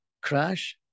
crash